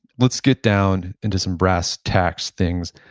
let's get down into some brass tacks things.